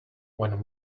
when